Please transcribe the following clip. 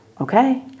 okay